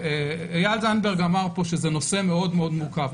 ואיל זנדברג אמר פה שזה נושא מאוד מאוד מורכב.